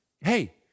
hey